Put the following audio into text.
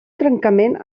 trencament